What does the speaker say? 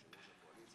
הודעה למזכירת הכנסת.